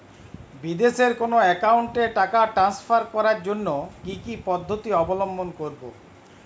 বিদেশের কোনো অ্যাকাউন্টে টাকা ট্রান্সফার করার জন্য কী কী পদ্ধতি অবলম্বন করব?